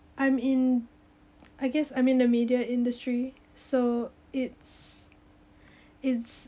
I'm in I guess I'm in the media industry so it's it's